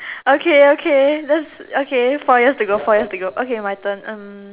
okay okay let's okay four years ago four years ago okay my turn um